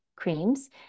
creams